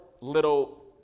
little